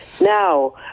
now